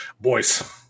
Boys